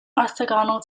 orthogonal